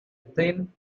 thin